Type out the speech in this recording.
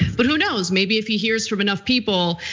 but who knows, maybe if he hears from enough people,